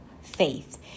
faith